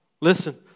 Listen